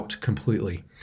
completely